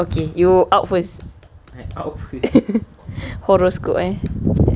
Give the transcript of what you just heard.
okay you out first horoscope eh